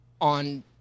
on